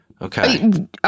okay